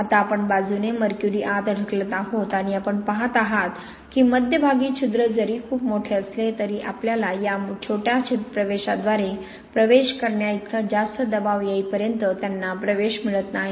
आता आपण बाजूने मर्क्युरी आत ढकलत आहोत आणि आपण पहात आहात की मध्यभागी छिद्र जरी खूप मोठे असले तरी आपल्याला या छोट्या प्रवेशाद्वारे प्रवेश करण्याइतका जास्त दबाव येईपर्यंत त्यांना प्रवेश मिळत नाही